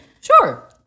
Sure